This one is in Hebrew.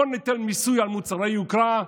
בוא נטיל מיסים על מוצרי יוקרה,